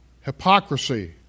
Hypocrisy